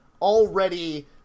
already